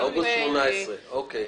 אוגוסט 2018. אוקיי.